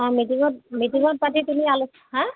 অঁ মিটিঙত মিটিঙত পাতি তুমি আলো হা